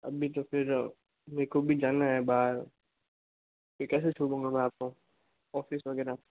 अभी तो फिर अब मेको भी जाना है बाहर फिर कैसे छोड़ूंगा में आपको ऑफिस वगैरह